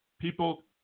people